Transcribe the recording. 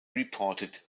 reported